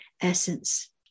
essence